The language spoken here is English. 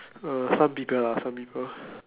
some people lah some people